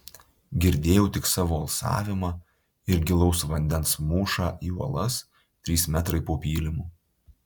girdėjau tik savo alsavimą ir gilaus vandens mūšą į uolas trys metrai po pylimu